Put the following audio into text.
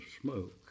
smoke